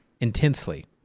intensely